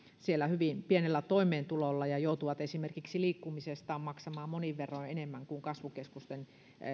siellä hyvin pienellä toimeentulolla ja joutuvat esimerkiksi liikkumisestaan maksamaan monin verroin enemmän kuin kasvukeskusten